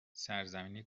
سرزمینی